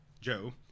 Joe